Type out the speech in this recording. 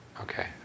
Okay